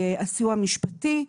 הסיוע המשפטי,